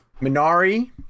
minari